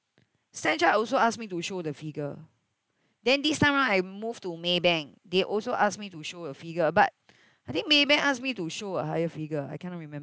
stan chart also ask me to show the figure then this time right I move to Maybank they also ask me to show a figure but I think Maybank asked me to show a higher figure I cannot remember